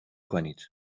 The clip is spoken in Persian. کنید